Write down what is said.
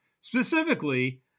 specifically